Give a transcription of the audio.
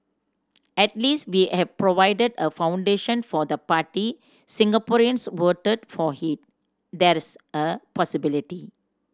at least we have provided a foundation for the party Singaporeans voted for he there's a possibility